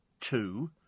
Two